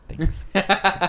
Thanks